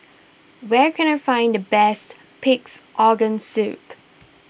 where can I find the best Pig's Organ Soup